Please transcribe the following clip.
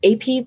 AP